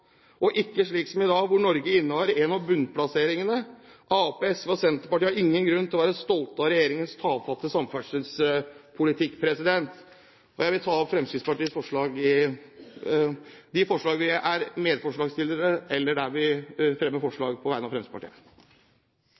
og ikke slik som i dag hvor Norge innehar en av bunnplasseringene. Arbeiderpartiet, SV og Senterpartiet har ingen grunn til å være stolte av regjeringens tafatte samferdselspolitikk. Jeg tar opp Fremskrittspartiet og Høyres forslag og de forslagene Fremskrittspartiet fremmer alene. Representanten Bård Hoksrud har tatt opp de forslag han refererte til. Det blir replikkordskifte. Noe vi alle vet, er